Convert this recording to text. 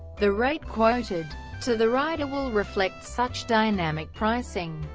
the rate quoted to the rider will reflect such dynamic pricing.